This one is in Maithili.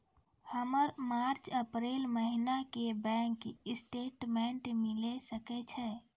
हमर मार्च अप्रैल महीना के बैंक स्टेटमेंट मिले सकय छै?